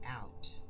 out